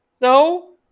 no